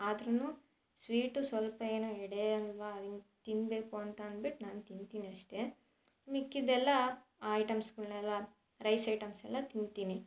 ಆದ್ರೂ ಸ್ವೀಟು ಸ್ವಲ್ಪ ಏನೋ ಎಡೆ ಅಲ್ಲವಾ ಅದನ್ನು ತಿನ್ನಬೇಕು ಅಂತ ಅನ್ಬಿಟ್ಟು ನಾನು ತಿಂತೀನಿ ಅಷ್ಟೇ ಮಿಕ್ಕಿದ್ದೆಲ್ಲ ಆ ಐಟಮ್ಸ್ಗಳ್ನೆಲ್ಲ ರೈಸ್ ಐಟಮ್ಸೆಲ್ಲ ತಿಂತೀನಿ